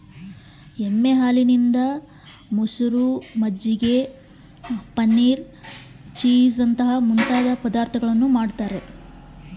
ಎಮ್ಮೆ ಹಾಲಿನಿಂದ ಯಾವ ಯಾವ ಪದಾರ್ಥಗಳು ಮಾಡ್ತಾರೆ?